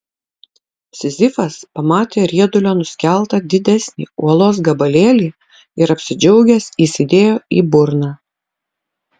sizifas pamatė riedulio nuskeltą didesnį uolos gabalėlį ir apsidžiaugęs įsidėjo į burną